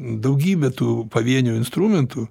daugybė tų pavienių instrumentų